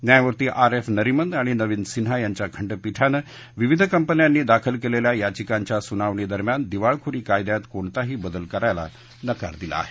न्यायमूर्ती R F Nariman आणि नवीन सिन्हा यांच्या खंडपीठानं विविध कंपन्यांनी दाखल केलेल्या याचिकांच्या सुनावणी दरम्यान दिवाळखोरी कायद्यात कोणताही बदल करायला नकार दिला आहे